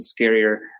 scarier